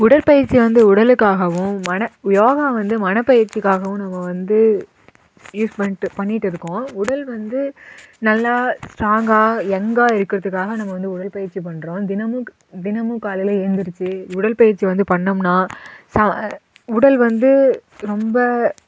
உடற்பயிற்சி வந்து உடலுக்காவும் மன யோகா வந்து மன பயிற்சிக்காகவும் நம்ம வந்து யூஸ் பண்ணிகிட்டு பண்ணிகிட்டு இருக்கோம் உடல் வந்து நல்லா ஸ்ட்ராங்காக எங்காக இருக்கிறதுக்காக நம்ம வந்து உடற்பயிற்சி பண்ணுறோம் தினமும் தினமும் காலையில் எழுந்துருச்சி உடற்பயிற்சி வந்து பண்ணோம்ன்னால் சா உடல் வந்து ரொம்ப